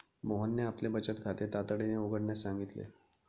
मोहनने आपले बचत खाते तातडीने उघडण्यास सांगितले